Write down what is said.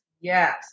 Yes